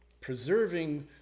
preserving